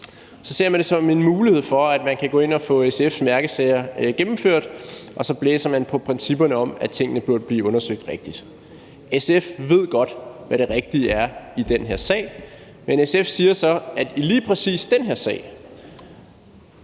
Så ser man det som en mulighed for, at man kan gå ind og få SF's mærkesager gennemført, og så blæser man på principperne om, at tingene burde blive undersøgt rigtigt. SF ved godt, hvad det rigtige er i den her sag, men SF siger så, at i lige præcis den her sag